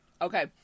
Okay